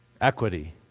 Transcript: equity